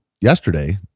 yesterday